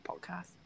podcast